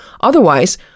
Otherwise